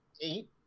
eight